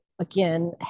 again